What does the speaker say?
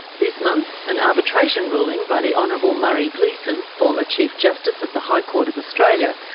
this month an arbitration ruling by the honourable murray gleeson, former chief justice of the high court of australia,